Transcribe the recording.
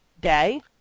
day